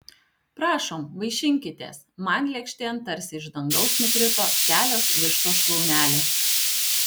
prašom vaišinkitės man lėkštėn tarsi iš dangaus nukrito kelios vištos šlaunelės